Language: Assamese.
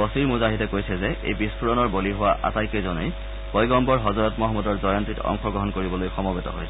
বছিৰ মুজাহিদে কৈছে যে এই বিক্ফোৰণৰ বলি হোৱা আটাইকেইজনেই পয়গম্বৰ হজৰত মহম্মদৰ জয়ন্তীত অংশগ্ৰহণ কৰিবলৈ সমবেত হৈছিল